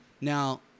Now